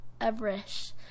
Everest